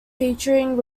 featuring